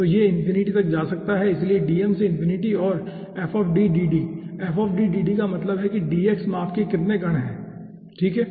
तो ये इनफिनीटी तक जा सकता है इसलिए dm से इनफिनीटी और का मतलब है कि dx माप के कितने कण हैं ठीक है